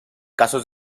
casos